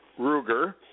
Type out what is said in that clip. Ruger